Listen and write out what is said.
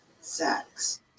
sex